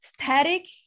static